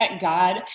God